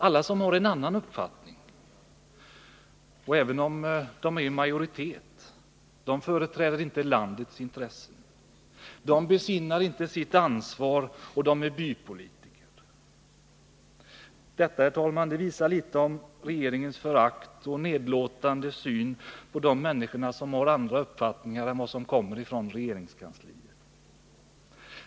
Alla som har en annan uppfattning, även om de är i majoritet, företräder inte landets intressen, de besinnar inte sitt ansvar, och de är bypolitiker. Detta, herr talman, vittnar om regeringens förakt och nedlåtande syn på de människor som har andra uppfattningar än dem som finns i regeringskansliet.